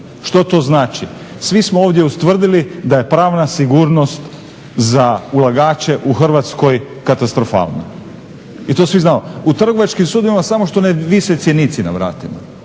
Što to znači? Svi smo ovdje ustvrdili da je pravna sigurnost za ulagače u Hrvatskoj katastrofalna. I to svi znamo. U Trgovačkim sudovima samo što ne vise cjenici na vratima.